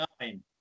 Nine